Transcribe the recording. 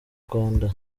rwanda